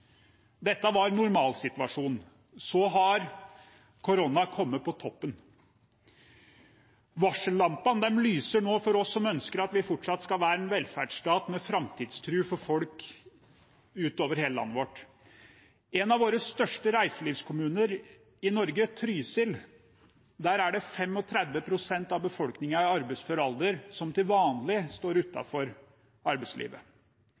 Dette var normalsituasjonen. Så har korona kommet på toppen. Varsellampene lyser nå for oss som ønsker at vi fortsatt skal være en velferdsstat med framtidstro for folk utover i hele landet vårt. I en av våre største reiselivskommuner i Norge, Trysil, står 35 pst. av befolkningen i arbeidsfør alder til vanlig utenfor arbeidslivet.